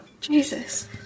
Jesus